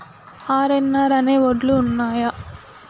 RNR అనే వడ్లు ఉన్నయా?